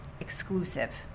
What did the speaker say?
exclusive